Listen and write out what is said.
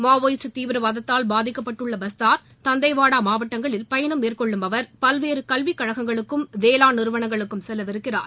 Maoist தீவிரவாதத்தால் பாதிக்கப்பட்டுள்ள பஸ்தாா் தந்தேவாடா மாவட்டங்களில் பயணம் மேற்கொள்ளும் அவர் பல்வேறு கல்விக்கழகங்களுக்கும் வேளாண் நிறுவனங்களுக்கும் செல்லவிருக்கிறார்